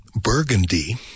Burgundy